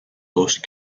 most